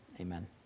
amen